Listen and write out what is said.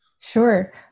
Sure